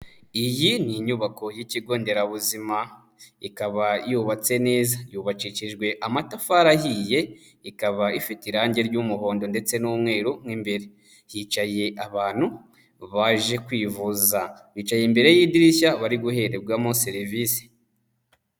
Iyi ni inyubako y'Ikigo Nderabuzima, ikaba yubatse neza. Yubakishijwe amatafari ahiye, ikaba ifite irangi ry'umuhondo ndetse n'umweru mo imbere. Hicaye abantu baje kwivuza bicaye imbere y'idirishya bari guhererwamo serivisi.